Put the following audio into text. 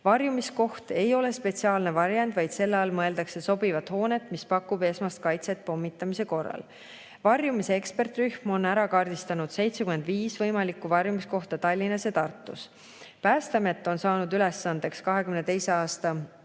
Varjumiskoht ei ole spetsiaalne varjend, vaid selle all mõeldakse sobivat hoonet, mis pakub esmast kaitset pommitamise korral. Varjumise ekspertrühm on kaardistanud 75 võimalikku varjumiskohta Tallinnas ja Tartus. Päästeamet on saanud ülesandeks 2022. aasta